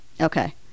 Okay